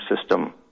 system